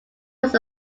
was